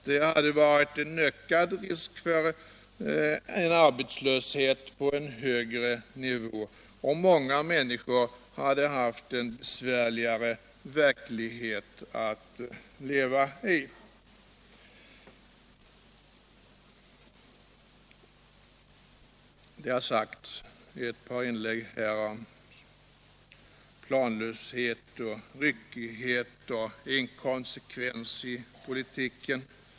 Det hade varit en ökad risk för arbetslöshet på högre nivå, och många människor hade haft en besvärligare verklighet att leva i. Det har talats i ett par inlägg om planlöshet, ryckighet och inkonsekvens i politiken.